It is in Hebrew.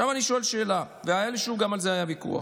עכשיו אני שואל שאלה, והיה גם על זה ויכוח: